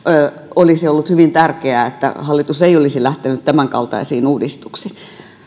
olisi ollut hyvin tärkeää että hallitus ei olisi lähtenyt tämänkaltaisiin uudistuksiin